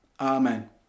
Amen